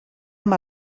amb